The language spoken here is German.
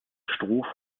stroh